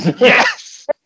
Yes